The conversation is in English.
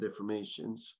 deformations